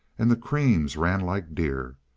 and the creams ran like deer.